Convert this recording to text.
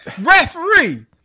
referee